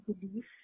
belief